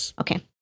Okay